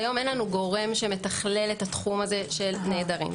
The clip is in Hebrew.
כיום אין לנו גורם שמתכלל את התחום הזה של נעדרים.